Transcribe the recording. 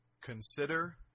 Consider